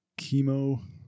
chemo